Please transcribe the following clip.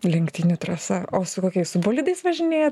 lenktynių trasa o su kokiais su bolidais važinėjat